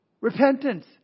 Repentance